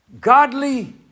Godly